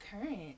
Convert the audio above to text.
Current